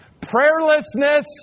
Prayerlessness